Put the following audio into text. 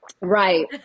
Right